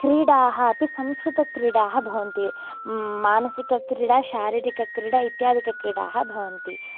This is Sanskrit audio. क्रीडाः अपि संस्कृतक्रीडाः भवन्ति मानसिकक्रीडा शारीरिकक्रीडा इत्यादिकक्रीडाः भवन्ति